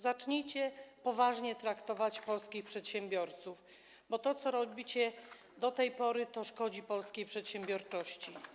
Zacznijcie poważnie traktować polskich przedsiębiorców, bo to, co robicie do tej pory, szkodzi polskiej przedsiębiorczości.